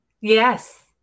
Yes